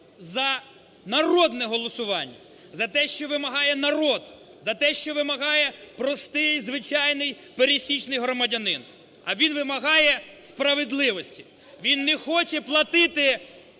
за народне голосування, за те, що вимагає народ, за е, що вимагає простий, звичайний, пересічний громадянин. А він вимагає справедливості. Він не хоче платити